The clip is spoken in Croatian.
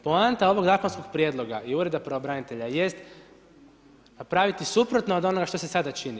Poanta ovog zakonskog prijedloga i ureda pravobranitelja jest napraviti suprotno od onoga što se sada čini.